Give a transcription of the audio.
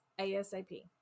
ASAP